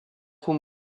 roues